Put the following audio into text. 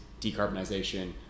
decarbonization